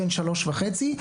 בן שלוש וחצי,